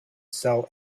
sell